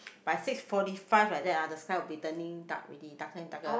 by six forty five like that ah the sky will be turning dark already darker and darker